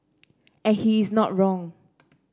and he is not wrong